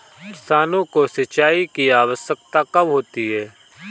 किसानों को सिंचाई की आवश्यकता कब होती है?